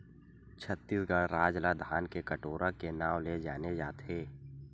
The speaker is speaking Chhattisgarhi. छत्तीसगढ़ राज ल धान के कटोरा के नांव ले जाने जाथे